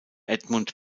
edmund